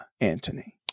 Antony